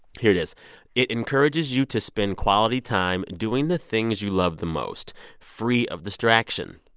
here it is it encourages you to spend quality time doing the things you love the most free of distraction.